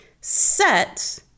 set